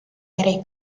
eri